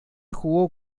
jugó